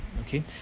Okay